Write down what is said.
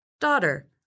daughter